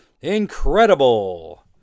Incredible